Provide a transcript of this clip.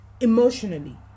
emotionally